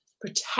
protect